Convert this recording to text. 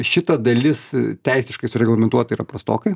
šita dalis teisiškai sureglamentuota yra prastokai